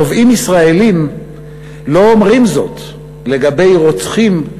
תובעים ישראלים לא אומרים זאת לגבי רוצחים,